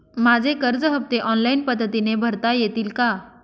माझे कर्ज हफ्ते ऑनलाईन पद्धतीने भरता येतील का?